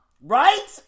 Right